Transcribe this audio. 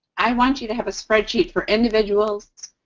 i want you to have a spreadsheet for individuals,